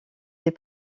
les